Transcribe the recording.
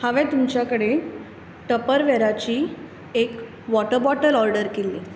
हांवें तुमचें कडेन टपरवेराची एक वॉटर बॉटल ऑर्डर केल्ली